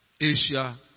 Asia